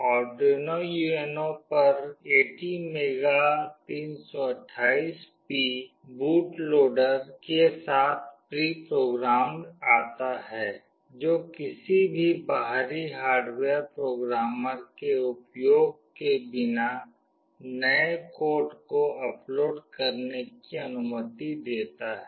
Arduino UNO पर ATmega328P boot loader के साथ प्री प्रोग्राम्ड आता है जो किसी भी बाहरी हार्डवेयर प्रोग्रामर के उपयोग के बिना नए कोड को अपलोड करने की अनुमति देता है